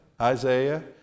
Isaiah